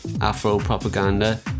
Afro-Propaganda